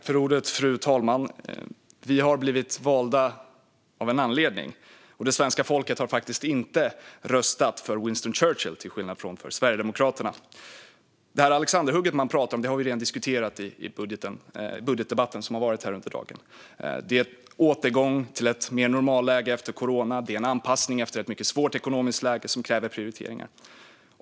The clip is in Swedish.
Fru talman! Vi har blivit valda av en anledning, och det svenska folket har faktiskt inte röstat på Winston Churchill utan på Sverigedemokraterna. Det alexanderhugg man pratar om har redan diskuterats i den budgetdebatt som har pågått under dagen. Det är en återgång till mer av ett normalläge efter corona. Det är en anpassning till ett mycket svårt ekonomiskt läge som kräver prioriteringar.